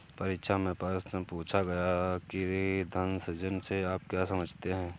परीक्षा में प्रश्न पूछा गया कि धन सृजन से आप क्या समझते हैं?